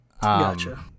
Gotcha